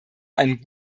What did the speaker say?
einen